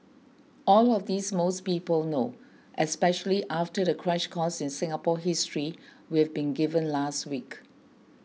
all of this most people know especially after the crash course in Singapore history we've been given last week